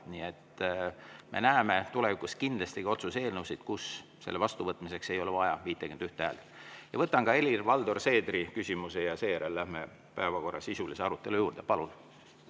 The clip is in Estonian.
Nii et me näeme tulevikus kindlasti otsuse eelnõusid, mille vastuvõtmiseks ei ole vaja 51 häält. Võtan ka Helir-Valdor Seederi küsimuse ja seejärel läheme päevakorra sisulise arutelu juurde. Palun!